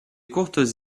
courtes